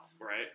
Right